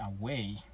away